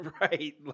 right